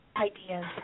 ideas